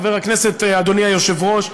אדוני היושב-ראש,